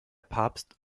papst